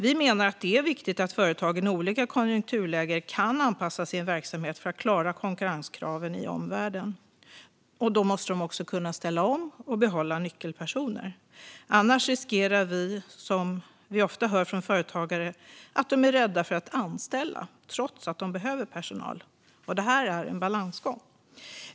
Vi menar att det är viktigt att företagen i olika konjunkturlägen kan anpassa sin verksamhet för att klara konkurrenskraven i omvärlden. Då måste de också kunna ställa om och behålla nyckelpersoner. Annars finns det risk för det som vi ofta hör om från företagare - att de är rädda för att anställa trots att de behöver personal. Det är en balansgång.